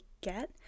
get